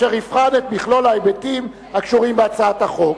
אשר יבחן את מכלול ההיבטים הקשורים בהצעת החוק.